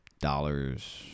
dollars